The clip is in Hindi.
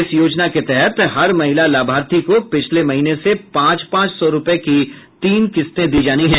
इस योजना के तहत हर महिला लाभार्थी को पिछले महीने से पांच पांच सौ रुपये की तीन किस्तें दी जानी हैं